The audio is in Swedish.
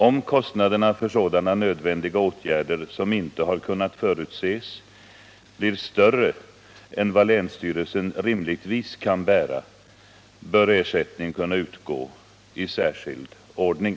Om kostnaderna för sådana nödvändiga åtgärder, som inte har kunnat förutses, blir större än vad som länsstyrelsen rimligtvis kan bära bör ersättning kunna utgå i särskild ordning.